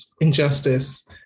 injustice